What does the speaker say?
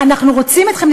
אנחנו רוצים אתכם,